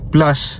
Plus